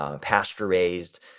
pasture-raised